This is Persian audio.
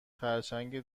خرچنگ